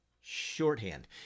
shorthand